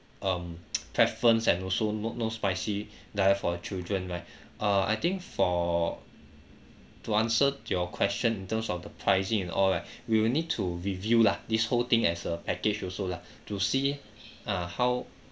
um preference and also no no spicy diet for the children right uh I think for to answer your question in terms of the pricing and all right we will need to review lah this whole thing as a package also lah to see ah how